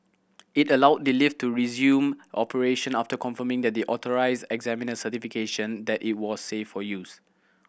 it allowed the lift to resume operation after confirming the authorised examiner certification that it was safe for use